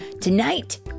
Tonight